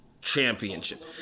championship